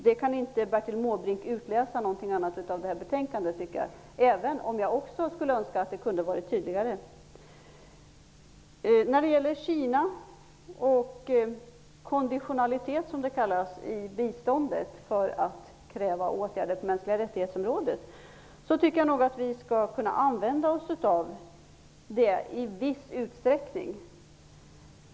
Något annat kan inte Bertil Måbrink utläsa av betänkandet, även om också jag skulle ha önskat att det hade varit tydligare. När det gäller Kina och konditionalitet, som det kallas, i biståndet för att kräva åtgärder på området för mänskliga rättigheter, tycker jag nog att vi skall kunna använda oss av det i viss utsträckning.